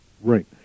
Right